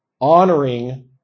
honoring